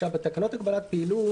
בתקנות הגבלת פעילות,